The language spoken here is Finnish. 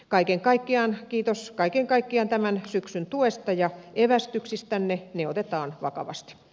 kaiken kaikkiaan kiitos tämän syksyn tuesta ja evästyksistänne ne otetaan vakavasti